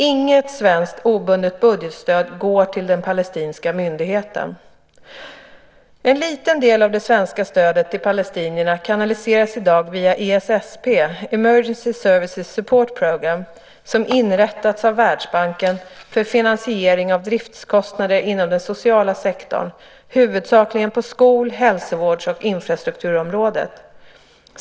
Inget svenskt obundet budgetstöd går till den palestinska myndigheten. En liten del av det svenska stödet till palestinierna kanaliseras i dag via ESSP, Emergency Services Support Program, som inrättats av Världsbanken för finansiering av driftskostnader inom den sociala sektorn, huvudsakligen på skol-, hälsovårds och infrastrukturområdet.